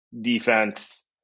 defense